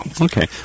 Okay